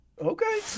Okay